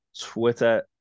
Twitter